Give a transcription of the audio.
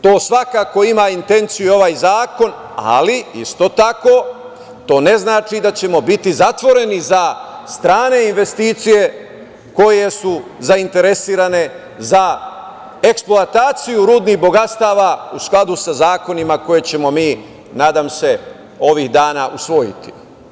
To svakako ima intenciju i ovaj zakon, ali isto tako to ne znači da ćemo biti zatvoreni za strane investicije koje su zainteresirane za eksploataciju rudnih bogatstava u skladu sa zakonima koje ćemo mi, nadam se, ovih dana usvojiti.